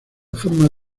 forma